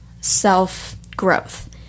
self-growth